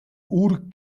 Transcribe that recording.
үүрэг